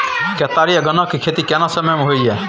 केतारी आ गन्ना के खेती केना समय में होयत या?